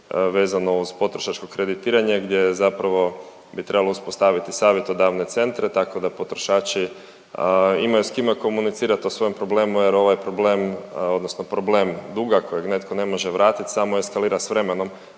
vezano uz potrošačko kreditiranje gdje zapravo bi trebalo uspostaviti savjetodavne centre, tako da potrošači imaju s kime komunicirat o svojem problemu jer ovaj problem odnosno problem duga kojeg netko ne može vratit samo eskalira s vremenom